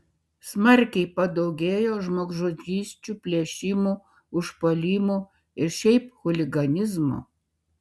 smarkiai padaugėjo žmogžudysčių plėšimų užpuolimų ir šiaip chuliganizmo